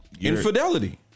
Infidelity